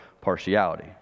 partiality